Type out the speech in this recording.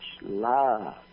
love